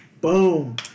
boom